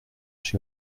chez